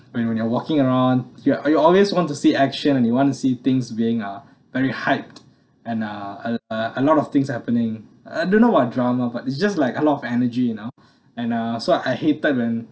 when you're walking around you a you always want to see action and you want to see things being uh very hyped and uh a a lot of things happening I don't know what drama but it's just like a lot of energy you know and uh so I hated when